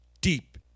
deep